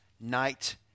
night